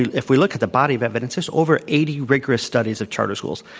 if we look at the body of evidence, there's over eighty rigorous studies of charter schools.